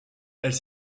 elles